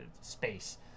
space